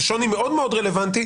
זה שוני מאוד מאוד רלוונטי,